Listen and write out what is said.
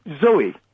Zoe